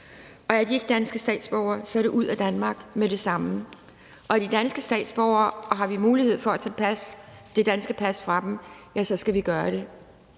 og er de ikke danske statsborgere, så er det ud af Danmark med det samme, og hvis de er danske statsborgere og vi har mulighed for at tage det danske pas fra dem, så skal vi gøre det.